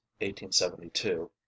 1872